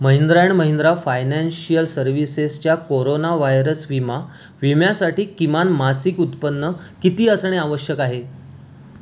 Mahindra and Mahindra financial सर्व्हिसेसच्या corona virus विमा विम्यासाठी किमान मासिक उत्पन्न किती असणे आवश्यक आहे